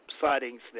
sightings